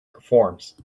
performs